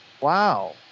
Wow